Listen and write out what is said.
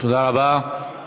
תודה רבה.